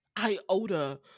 iota